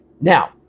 Now